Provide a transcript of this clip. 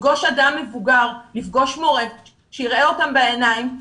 לפגוש אדם מבוגר, לפגוש מורה שיראה אותם בעיניים.